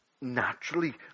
naturally